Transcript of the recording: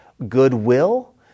Goodwill